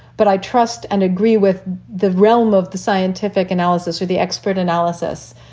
but i trust and agree with the realm of the scientific analysis or the expert analysis.